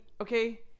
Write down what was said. okay